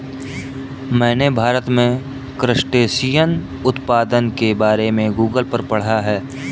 मैंने भारत में क्रस्टेशियन उत्पादन के बारे में गूगल पर पढ़ा